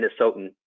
Minnesotan